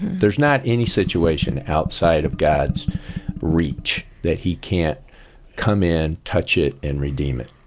there's not any situation outside of god's reach that he can't come in, touch it, and redeem it.